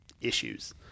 issues